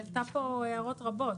אמרתי.